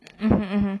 mmhmm mmhmm